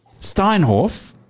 Steinhoff